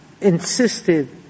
insisted